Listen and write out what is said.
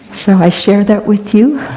so i share that with you,